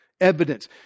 evidence